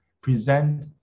present